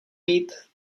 být